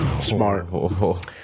Smart